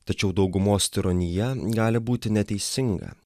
tačiau daugumos tironija gali būti neteisinga